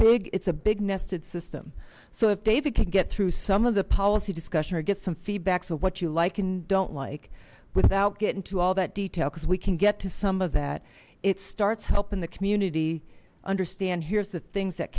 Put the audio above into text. big it's a big nested system so if david can get through some of the policy discussion or get some feedbacks of what you like and don't like without getting to all that detail because we can get to some of that it starts helping the community understand here's the things that